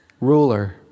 ruler